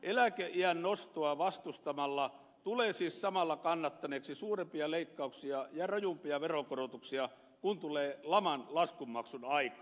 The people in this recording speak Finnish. eläkeiän nostoa vastustamalla tulee siis samalla kannattaneeksi suurempia leikkauksia ja rajumpia veronkorotuksia kun tulee laman laskunmaksun aika